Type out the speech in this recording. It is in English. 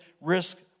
risk